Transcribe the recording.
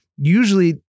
usually